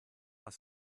was